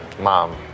mom